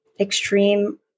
extreme